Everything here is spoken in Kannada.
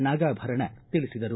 ನಾಗಾಭರಣ ತಿಳಿಸಿದರು